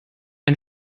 ein